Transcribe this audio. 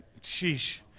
sheesh